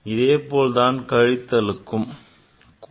இதே போல் தான் கழித்தலுக்கும் ஆகும்